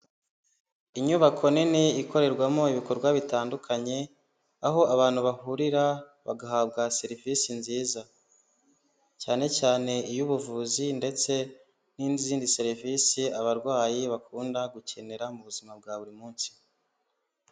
Inyubako nini ikorerwamo ibikorwa bitandukanye aho abantu bahurira bagahabwa serivisi nziza. cyane cyane iy'ubuvuzi ndetse n'iizindi serivisi abarwayi bakunda gukenera mu buzima bwa buri munsi.